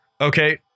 Okay